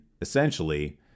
essentially